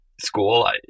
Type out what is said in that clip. school